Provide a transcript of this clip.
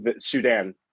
Sudan